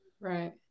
right